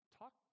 talk